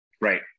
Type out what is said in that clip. right